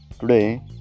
today